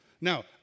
Now